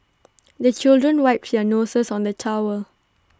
the children wipe their noses on the towel